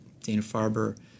Dana-Farber